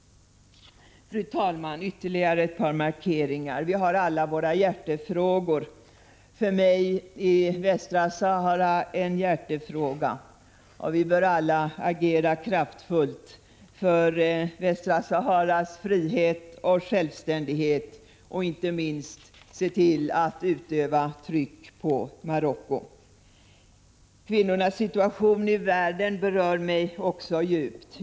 Fru talman! Ytterligare ett par markeringar — vi har alla våra hjärtefrågor. För mig är Västra Sahara en hjärtefråga. Vi bör alla agera kraftfullt för Västra Saharas frihet och självständighet och inte minst se till att utöva tryck på Marocko. Kvinnornas situation i världen berör mig också djupt.